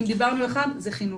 אם דיברנו, זה חינוך.